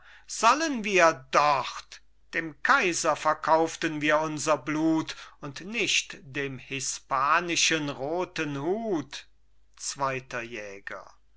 sollen wir dort dem kaiser verkauften wir unser blut und nicht dem hispanischen roten hut zweiter jäger